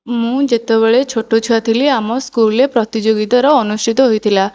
ମୁଁ ଯେତେବେଳେ ଛୋଟ ଛୁଆ ଥିଲି ଆମ ସ୍କୁଲରେ ପ୍ରତିଯୋଗିତାର ଅନୁଷ୍ଠିତ ହୋଇଥିଲା